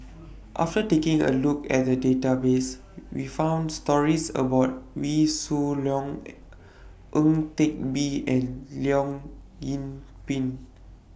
after taking A Look At The Database We found stories about Wee Shoo Leong Ang Teck Bee and Leong Yoon Pin